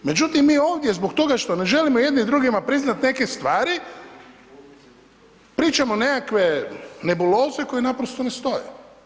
Međutim, mi ovdje zbog toga što ne želimo jedni drugima priznat neke stvari, pričamo nekakve nebuloze koje naprosto ne stoje.